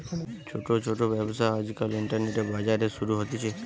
ছোট ছোট ব্যবসা আজকাল ইন্টারনেটে, বাজারে শুরু হতিছে